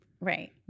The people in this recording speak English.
Right